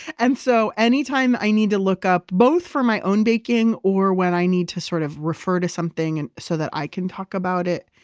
and so anytime i need to look up, both for my own baking or when i need to sort of refer to something and so that i can talk about it,